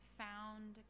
found